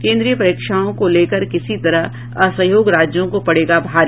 केंद्रीय परीक्षाओं को लेकर किसी तरह असहयोग राज्यों को पड़ेगा भारी